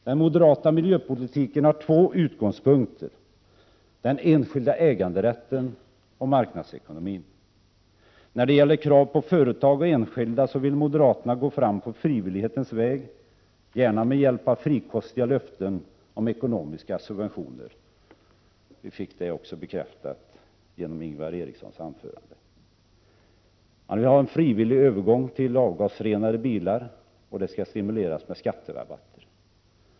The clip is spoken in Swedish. Den moderata miljöpolitiken har två utgångspunkter: den enskilda äganderätten och marknadsekonomin. När det gäller krav på företag och enskilda vill moderaterna gå fram på frivillighetens väg, gärna med hjälp av frikostiga löften om ekonomiska subventioner. Det fick vi i dag bekräftat genom Ingvar Erikssons anförande. Man vill ha en frivillig övergång till avgasrening i bilar, och detta skall stimuleras med skatterabatt.